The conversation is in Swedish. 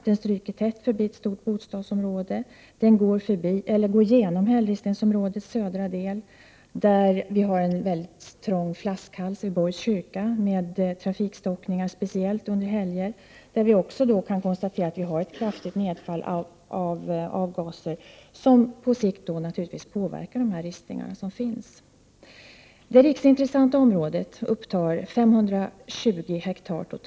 Den stryker tätt förbi ett stort bostadsområde, och den går igenom hällristningsområdets södra del, där det finns en mycket trång flaskhals vid Borgs kyrka med trafikstockningar som följd, speciellt under helger. Man kan också konstatera att avgaserna på sikt kommer att påverka dessa ristningar. Det riksintressanta området upptar totalt 520 ha.